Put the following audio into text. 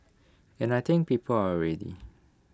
and I think people are ready